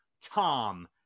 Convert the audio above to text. Tom